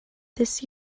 this